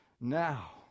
Now